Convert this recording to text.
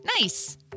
Nice